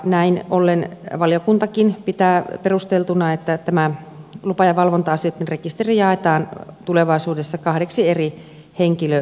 näin ollen valiokuntakin pitää perusteltuna että tämä lupa ja valvonta asioitten rekisteri jaetaan tulevaisuudessa kahdeksi eri henkilörekisteriksi